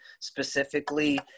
specifically